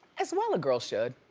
as well, a girl should.